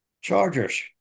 Chargers